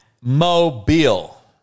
mobile